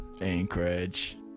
Anchorage